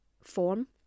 form